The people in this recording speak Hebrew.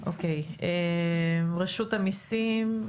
רשות המיסים,